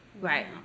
right